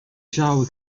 shower